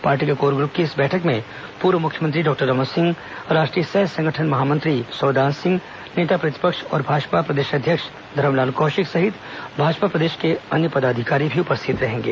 party के core group की इस बैठक में पूर्व मुख्यमंत्री डॉक्टर रमन सिंह राष्ट्रीय सह संगठन महामंत्री सौदान सिंह नेता प्रतिपक्ष व भाजपा प्रदेशाध्यक्ष धरमलाल कौशिक सहित भाजपा प्रदेश पदाधिकारी उपस्थित रहेंगे